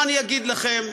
מה אני אגיד לכם,